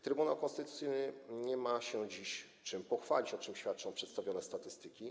Trybunał Konstytucyjny nie ma się dziś czym pochwalić, o czym świadczą przedstawione statystyki.